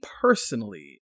personally